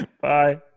Bye